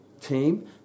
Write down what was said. team